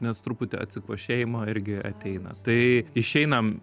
nes truputį atsikvošėjimo irgi ateina tai išeinam